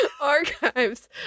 archives